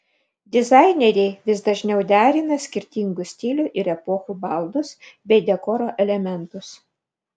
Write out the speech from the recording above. dizaineriai vis dažniau derina skirtingų stilių ir epochų baldus bei dekoro elementus